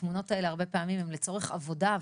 התמונות האלה הרבה פעמים הן לצורך עבודה,